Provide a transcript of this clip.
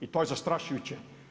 I to je zastrašujuće.